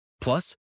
Plus